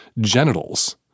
genitals